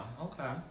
Okay